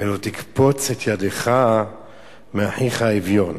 ולא תקפֹץ את ידך מאחיך האביון.